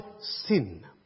sin